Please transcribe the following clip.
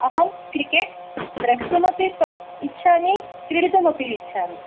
अहं क्रिकेट् द्रष्टुमपि प इच्छामि क्रीडितुमपि इच्छामि